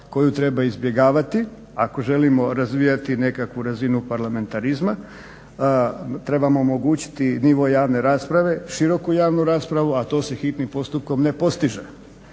koju treba izbjegavati ako želimo razvijati nekakvu razinu parlamentarizma, trebamo omogućiti nivo javne rasprave, široku javnu raspravu a to se hitnim postupkom ne postiže.